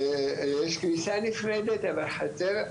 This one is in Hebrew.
יש כניסה נפרדת, אבל חצר משותפת.